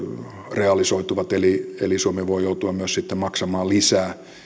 realisoituvat eli eli suomi voi joutua myös sitten maksamaan lisää